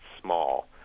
small